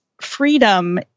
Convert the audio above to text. freedom